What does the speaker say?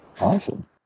Awesome